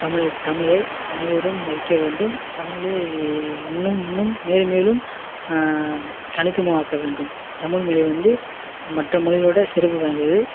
தமிழை தமிழை அனைவரும் மதிக்க வேண்டும் தமிழை இன்னும் இன்னும் மேலும் மேலும் தனித்துவமாக்க வேண்டும் தமிழ் மொழிய வந்து மற்ற மொழிகளோட சிறப்பு வாய்ந்தது